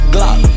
Glock